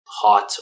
hot